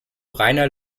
reiner